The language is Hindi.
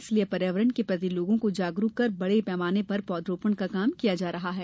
इसलिए पर्यावरण के प्रति लोगों को जागरुक कर बडे पैमाने पर पौधरोपण का काम किया जा रहा है